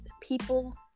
people